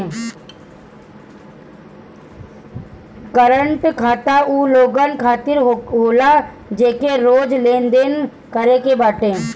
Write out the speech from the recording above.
current खाता उ लोगन खातिर होला जेके रोज लेनदेन करे के बाटे